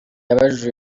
yabajije